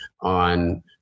on